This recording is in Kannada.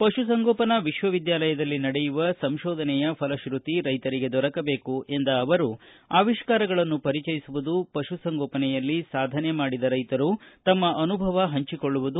ಪಶುಸಂಗೋಪನಾ ವಿಶ್ವವಿದ್ಯಾಲಯದಲ್ಲಿ ನಡೆಯುವ ಸಂತೋಧನೆಯ ಫಲಶೃತಿ ರೈಶರಿಗೆ ದೊರಕಬೇಕು ಎಂದ ಅವರು ಅವಿಷ್ಕಾರಗಳನ್ನು ಪರಿಚಯಿಸುವುದು ಪಶು ಸಂಗೋಪನೆಯಲ್ಲಿ ಸಾಧನೆ ಮಾಡಿದ ರೈಶರು ತಮ್ಮ ಅನುಭವ ಪಂಚಿಕೊಳ್ಳುವುದು